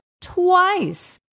twice